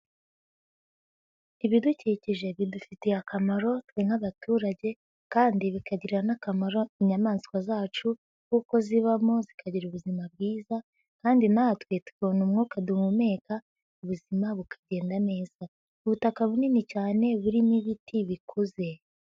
Ibidukikije bidufitiye akamaro twe nk'abaturage kandi bikagirira n'akamaro inyamaswa zacu kuko zibamo zikagira ubuzima bwiza kandi natwe tukabona umwuka duhumeka ubuzima bukagenda neza. Ubutaka bunini cyane burimo ibiti bikuze.